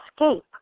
escape